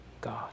God